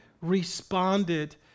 responded